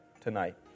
tonight